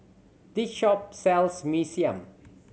this shop sells Mee Siam